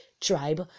tribe